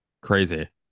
crazy